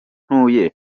ntuye